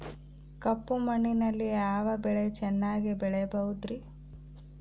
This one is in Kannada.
ಕಪ್ಪು ಮಣ್ಣಿನಲ್ಲಿ ಯಾವ ಬೆಳೆ ಚೆನ್ನಾಗಿ ಬೆಳೆಯಬಹುದ್ರಿ?